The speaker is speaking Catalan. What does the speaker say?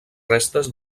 restes